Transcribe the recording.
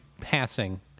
passing